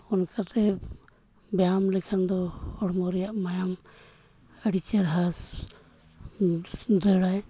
ᱚᱱᱠᱟᱛᱮ ᱵᱮᱭᱟᱢ ᱞᱮᱠᱷᱟᱱ ᱫᱚ ᱦᱚᱲᱢᱚ ᱨᱮᱭᱟᱜ ᱢᱟᱭᱟᱢ ᱟᱹᱰᱤ ᱪᱮᱨᱦᱟ ᱫᱟᱹᱲᱟᱭ